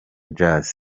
jazz